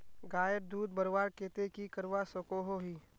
गायेर दूध बढ़वार केते की करवा सकोहो ही?